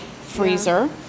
freezer